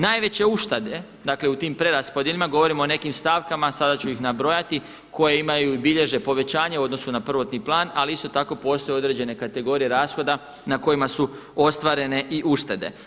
Najveće uštede dakle u tim preraspodjelama, govorimo o nekim stavkama, sada ću ih nabrojati koje imaj i bilježe povećanje u odnosu na prvotni plan ali isto tako postoje određene kategorije rashoda na kojima su ostvarene i uštede.